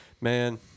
man